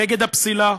נגד הפסילה.